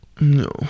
No